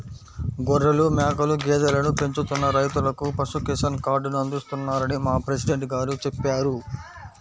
గొర్రెలు, మేకలు, గేదెలను పెంచుతున్న రైతులకు పశు కిసాన్ కార్డుని అందిస్తున్నారని మా ప్రెసిడెంట్ గారు చెప్పారు